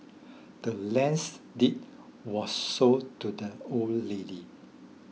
the land's deed was sold to the old lady